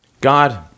God